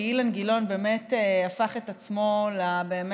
כי אילן גילאון באמת הפך את עצמו ללוחם